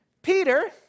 Peter